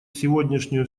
сегодняшнюю